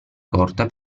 corta